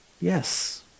Yes